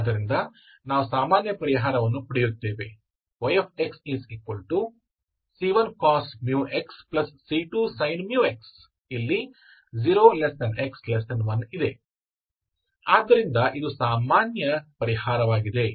ಆದ್ದರಿಂದ ನಾವು ಸಾಮಾನ್ಯ ಪರಿಹಾರವನ್ನು ಪಡೆಯುತ್ತೇವೆ yxc1 cos μxc2 sin μx 0x1 ಆದ್ದರಿಂದ ಇದು ಸಾಮಾನ್ಯ ಪರಿಹಾರವಾಗಿದೆ